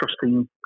trusting